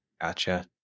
Gotcha